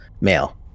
male